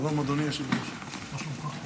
שלום, אדוני היושב-ראש, מה שלומך?